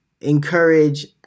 encourage